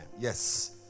yes